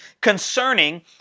concerning